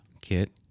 kit